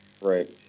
Right